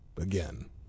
again